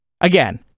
Again